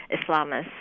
Islamists